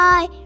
Bye